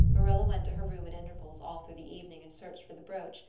marilla went to her room at intervals all through the evening and searched for the brooch,